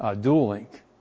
dual-link